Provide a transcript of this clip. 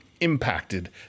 impacted